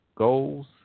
Goals